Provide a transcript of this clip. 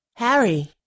Harry